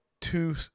two